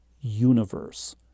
Universe